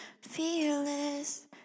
fearless